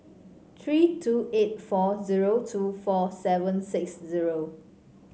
three two eight four zero two four seven six zero